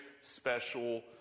special